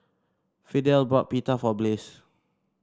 Fidel bought Pita for Bliss